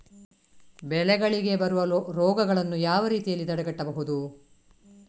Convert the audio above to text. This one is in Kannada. ಬೆಳೆಗಳಿಗೆ ಬರುವ ರೋಗಗಳನ್ನು ಯಾವ ರೀತಿಯಲ್ಲಿ ತಡೆಗಟ್ಟಬಹುದು?